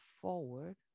forward